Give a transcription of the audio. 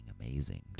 amazing